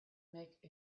make